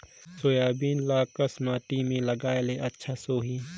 Soybean ल कस माटी मे लगाय ले अच्छा सोही?